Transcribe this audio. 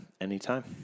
anytime